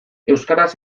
euskaraz